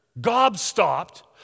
gobstopped